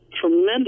tremendous